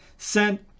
sent